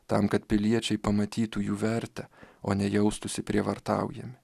tam kad piliečiai pamatytų jų vertę o ne jaustųsi prievartaujami